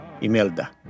Imelda